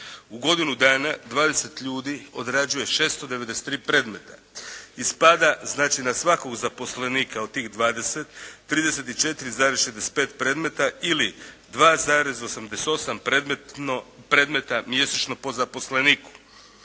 U godinu dana 20 ljudi odrađuje 693 predmeta. Ispada znači na svakog zaposlenika od tih 20, 34,65 predmeta ili 2,88 predmeta mjesečno po zaposleniku.